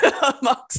amongst